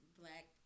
black